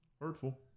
hurtful